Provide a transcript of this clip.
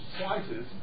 slices